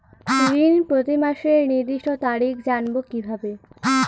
ঋণ প্রতিমাসের নির্দিষ্ট তারিখ জানবো কিভাবে?